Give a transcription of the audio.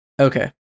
Okay